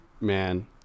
man